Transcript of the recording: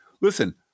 listen